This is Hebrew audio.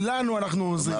לנו אנחנו עוזרים,